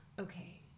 okay